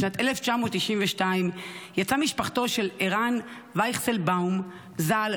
בשנת 1992 יצאה משפחתו של ערן ויכסלבאום ז"ל,